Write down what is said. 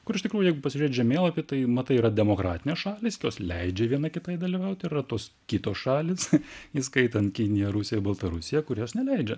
kur iš tikrųjų jeigu pasižiūrėt žemėlapį tai matai yra demokratinės šalys jos leidžia viena kitai dalyvauti yra tos kitos šalys įskaitant kiniją rusiją baltarusiją kurios neleidžia